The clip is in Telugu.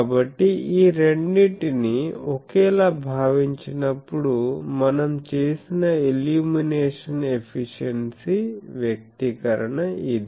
కాబట్టి ఈ రెండింటినీ ఒకేలా భావించినప్పుడు మనం చేసిన ఇల్యూమినేషన్ ఎఫిషియెన్సీ వ్యక్తీకరణ ఇది